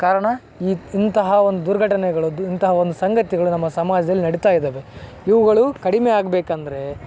ಕಾರಣ ಇಂತಹ ಒಂದು ದುರ್ಘಟನೆಗಳು ದು ಇಂತಹ ಒಂದು ಸಂಗತಿಗಳು ನಮ್ಮ ಸಮಾಜ್ದಲ್ಲಿ ನಡಿತ ಇದ್ದಾವೆ ಇವುಗಳು ಕಡಿಮೆ ಆಗಬೇಕಂದ್ರೆ